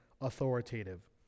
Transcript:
authoritative